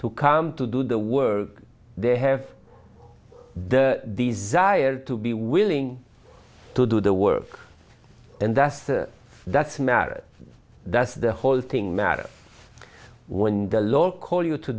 to come to do the work they have the desire to be willing to do the work and that's the that's merit that's the whole thing matter when t